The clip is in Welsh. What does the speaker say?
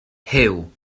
huw